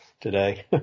today